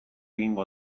egingo